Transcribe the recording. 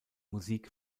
musik